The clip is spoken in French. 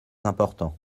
important